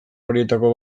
horietako